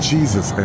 Jesus